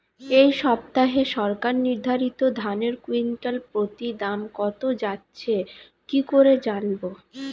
এই সপ্তাহে সরকার নির্ধারিত ধানের কুইন্টাল প্রতি দাম কত যাচ্ছে কি করে জানবো?